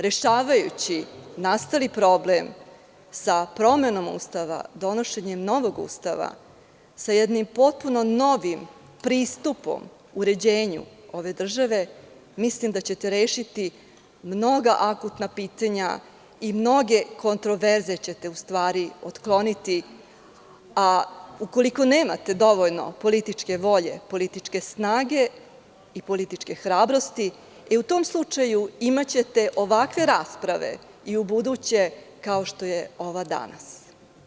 Rešavajući nastali problem sa promenom Ustava, donošenjem novog ustava, sa jednim potpuno novim pristupom uređenju ove države, mislim da ćete rešiti mnoga akutna pitanja i mnoge kontraverze ćete otkloniti a ukoliko nemate dovoljno političke volje, političke snage i političke hrabrosti, e u tom slučaju imaćete ovakve rasprave i ubuduće kao što je ova danas.